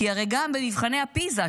כי הרי גם במבחני הפיזה,